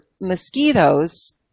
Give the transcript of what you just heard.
mosquitoes